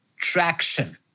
traction